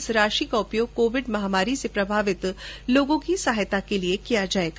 इस राशि का उपयोग कोविड महामारी से प्रभावित लोगों की सहायता के लिए किया जाएगा